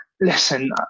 listen